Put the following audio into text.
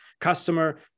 customer